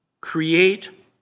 Create